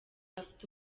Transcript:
afite